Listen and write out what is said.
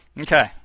Okay